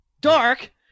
Dark